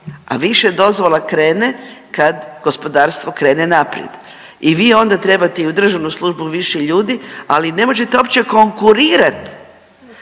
a više dozvola krene kad gospodarstvo krene naprijed i vi onda trebate i u državnu službu više ljudi, ali ne možete uopće konkurirati